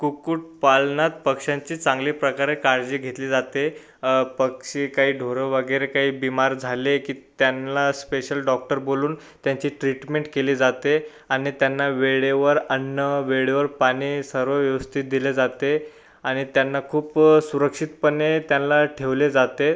कुक्कुटपालनात पक्ष्यांची चांगले प्रकारे काळजी घेतली जाते पक्षी काही ढोरं वगैरे काही बीमार झाले की त्यांना स्पेशल डॉक्टर बोलवून त्यांची ट्रीटमेंट केली जाते आणि त्यांना वेळेवर अन्न वेळेवर पाणी सर्व व्यवस्थित दिले जाते आणि त्यांना खूप सुरक्षितपणे त्यांना ठेवले जाते